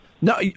No